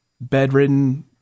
bedridden